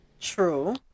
True